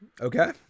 Okay